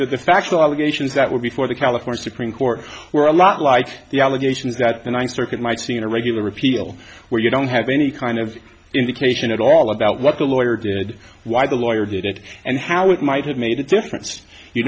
the factual allegations that were before the california supreme court were a lot like the allegations that the ninth circuit might see in a regular appeal where you don't have any kind of indication at all about what the lawyer did why the lawyer did it and how it might have made a difference you